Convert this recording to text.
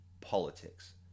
politics